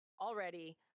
already